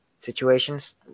Situations